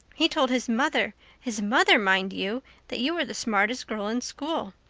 he told his mother his mother, mind you that you were the smartest girl in school.